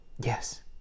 Yes